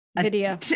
video